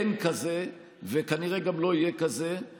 אין כזה וכנראה גם לא יהיה כזה.